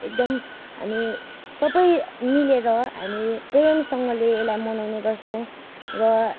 एकदम हामी सबै मिलेर हामी प्रेमसँगले यसलाई मनाउने गर्छौँ र